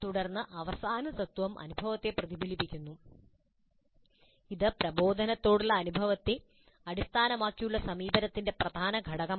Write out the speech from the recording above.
തുടർന്ന് അവസാന തത്ത്വം അനുഭവത്തെ പ്രതിഫലിപ്പിക്കുന്നു ഇത് പ്രബോധനത്തോടുള്ള അനുഭവത്തെ അടിസ്ഥാനമാക്കിയുള്ള സമീപനത്തിന്റെ പ്രധാന ഘടകമാണ്